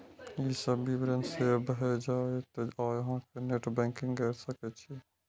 ई सब विवरण सेव भए जायत आ अहां नेट बैंकिंग कैर सकै छी